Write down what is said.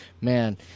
Man